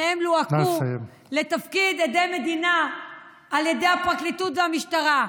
שניהם לוהקו לתפקיד עדי מדינה על ידי הפרקליטות והמשטרה.